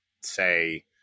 say